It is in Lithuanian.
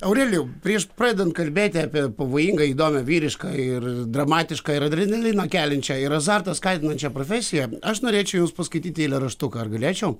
aurelijau prieš pradedant kalbėti apie pavojingą įdomią vyrišką ir dramatišką ir adrenalino keliančią ir azarto skatinančią profesiją aš norėčiau jums paskaityti eilėraštuką ar galėčiau